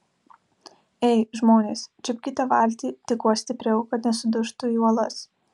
ei žmonės čiupkite valtį tik kuo stipriau kad nesudužtų į uolas